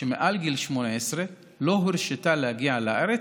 שמעל גיל 18 לא הורשתה להגיע לארץ,